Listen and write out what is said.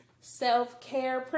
Self-care